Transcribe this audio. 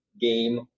game